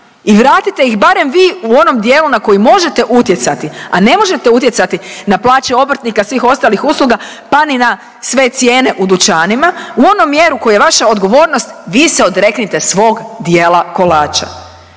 i vratite ih barem vi u onom dijelu na koji možete utjecati, a ne možete utjecati na plaće obrtnika svih ostalih usluga, pa ni na sve cijene u dućanima u onu mjeru koja je vaša odgovornost vi se odreknite svog dijela kolača.